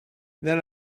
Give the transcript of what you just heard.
then